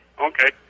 Okay